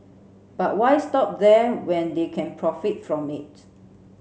but why stop there when they can profit from it